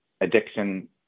addiction